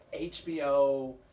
HBO